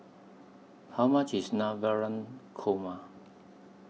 How much IS Navratan Korma